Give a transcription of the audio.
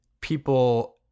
people